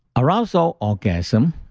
arousal orgasm,